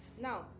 Now